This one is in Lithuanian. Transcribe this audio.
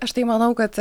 aš tai manau kad